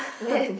where's